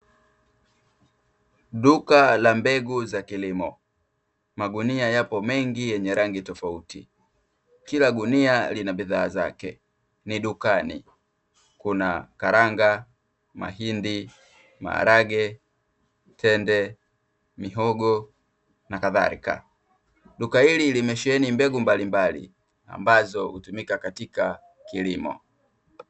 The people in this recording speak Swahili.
Duka la mbegu za kilimo magunia yapo mengi yenye rangi tofauti. Kila gunia lina bidhaa zake. Ni dukani Kuna karanga, mahindi, maharage, tende, mihogo nakadhalika. Duka hili limesheheni mbegu mbalimbali ambazo hutumika katika kilimo.